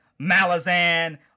Malazan